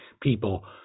people